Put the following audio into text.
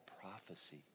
prophecy